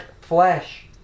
flesh